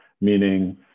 meaning